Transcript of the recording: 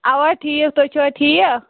اَوا ٹھیٖک تُہۍ چھِوا ٹھیٖک